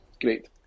great